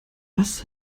was